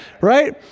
right